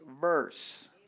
verse